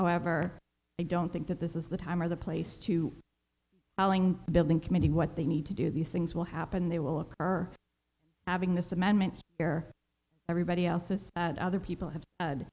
however i don't think that this is the time or the place to build in committee what they need to do these things will happen they will occur adding this amendment everybody else's and other people have